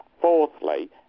fourthly